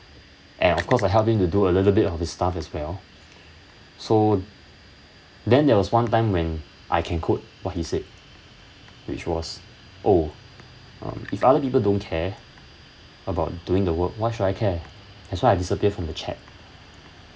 and of course I help him to do a little bit of his stuff as well so then there was one time when I can quote what he said which was oh um if other people don't care about doing the work why should I care that's why I disappeared from the chat